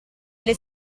alle